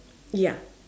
ya